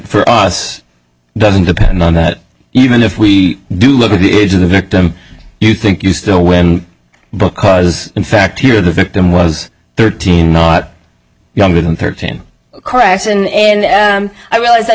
for us doesn't depend on that even if we do look at the age of the victim you think you still win because in fact here the victim was thirteen not younger than thirteen cracks in i realize that